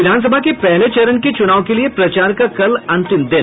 विधानसभा के पहले चरण के चुनाव के लिए प्रचार का कल अंतिम दिन